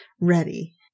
Ready